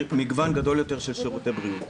ומגוון גדול יותר של שירותי בריאות.